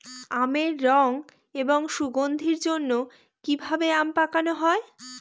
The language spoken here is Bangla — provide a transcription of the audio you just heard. আমের রং এবং সুগন্ধির জন্য কি ভাবে আম পাকানো হয়?